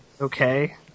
Okay